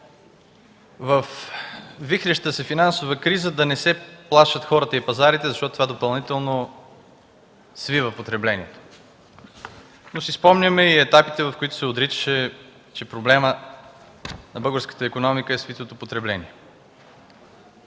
във вихреща се финансова криза да не се плашат хората и пазарите, защото това допълнително свива потреблението. Но си спомняме и етапите, в които се отричаше, че проблемът на българската икономика е свитото потребление.